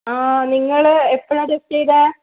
ആ നിങ്ങൾ എപ്പോളാണ് ടെസ്റ്റ് ചെയ്തത്